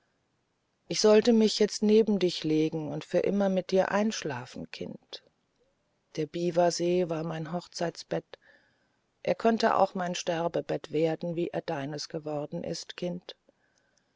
ich sollte mich jetzt neben dich legen und für immer mit dir einschlafen kind der biwasee war mein hochzeitsbett er könnte auch mein sterbebett werden wie er deines geworden ist kind